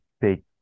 big